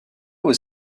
was